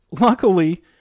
Luckily